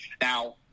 Now